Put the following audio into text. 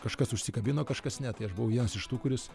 kažkas užsikabino kažkas ne tai aš buvau vienas iš tų kuris